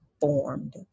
formed